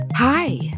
Hi